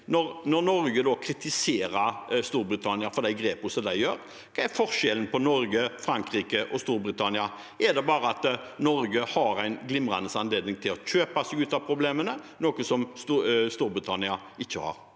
når Norge nå kritiserer Storbritannia for de grepene de gjør? Hva er forskjellen på Norge, Frankrike og Storbritannia? Er det bare at Norge har en glimrende anledning til å kjøpe seg ut av problemene, noe Storbritannia ikke har?